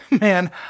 man